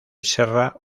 serra